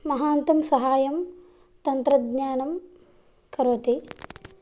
महान्तं साहाय्यं तन्त्रज्ञानं करोति